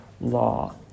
law